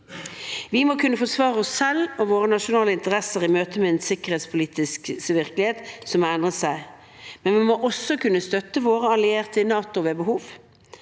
Vi må kunne forsvare oss selv og våre nasjonale interesser i møte med en sikkerhetspolitisk virkelighet som har endret seg. Vi må også kunne støtte våre allierte i NATO ved behov,